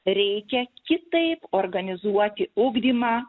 reikia kitaip organizuoti ugdymą